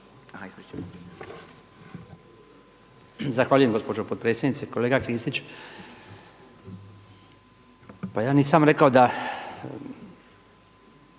Zahvaljujem gospođo potpredsjednice. Kolega Kristić, pa ja nisam rekao da